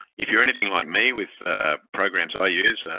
if you're anything like me with programs i use,